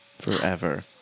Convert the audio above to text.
forever